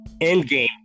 Endgame